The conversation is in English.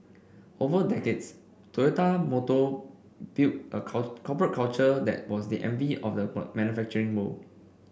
over decades Toyota Motor built a corporate culture that was the envy of the manufacturing world